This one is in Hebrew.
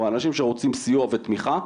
האנשים שרוצים סיוע ותמיכה,